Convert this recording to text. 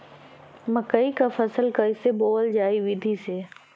मकई क फसल कईसे बोवल जाई विधि से?